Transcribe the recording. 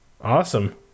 Awesome